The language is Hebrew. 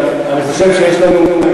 אני חושב שיש לנו,